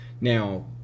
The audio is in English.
Now